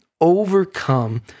overcome